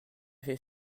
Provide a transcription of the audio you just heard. fait